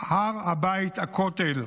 הר הבית, הכותל",